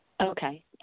Okay